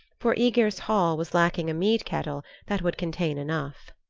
for aegir's hall was lacking a mead kettle that would contain enough.